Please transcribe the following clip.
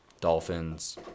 Dolphins